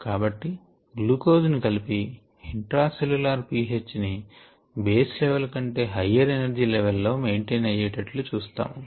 కాబట్టి గ్లూకోజ్ ని కలిపి ఇంట్రా సెల్ల్యూలార్ pH ని బేస్ లెవల్ కంటే హైయ్యర్ ఎనర్జీ లెవల్ లో మెయింటైన్ అయ్యే టట్లు చూస్తాము